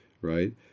right